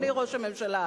אדוני ראש הממשלה.